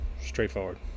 straightforward